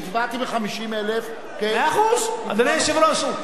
הצבעתי ב-50,000, מאה אחוז, אדוני היושב-ראש.